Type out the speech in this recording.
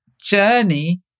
journey